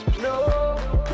No